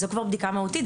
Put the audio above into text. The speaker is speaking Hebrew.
זו כבר בדיקה מהותית.